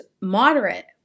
moderate